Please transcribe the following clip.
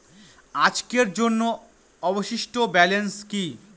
আজকের জন্য অবশিষ্ট ব্যালেন্স কি?